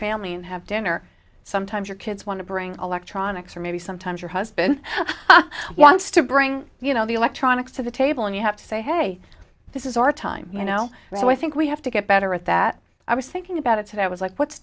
family and have dinner sometimes your kids want to bring electronics or maybe sometimes your husband wants to bring you know the electronics to the table and you have to say hey this is our time you know i think we have to get better at that i was thinking about it so that was like what's